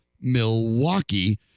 Milwaukee